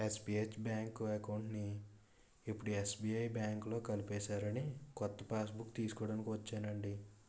SBH bank అకౌంట్ని ఇప్పుడు SBI బాంకులో కలిపేసారని కొత్త పాస్బుక్కు తీస్కోడానికి ఒచ్చానండి